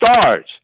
stars